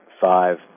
five